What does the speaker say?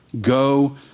Go